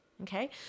Okay